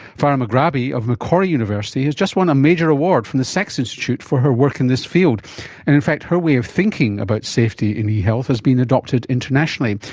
farah magrabi of macquarie university has just won a major award from the sax institute for her work in this field. and in fact her way of thinking about safety in e-health has been adopted internationally.